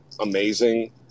amazing